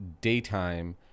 daytime